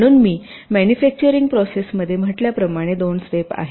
म्हणून मी मॅन्युफॅक्चरिंग प्रोसेसमध्ये म्हटल्याप्रमाणे दोन स्टेप आहेत